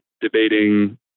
debating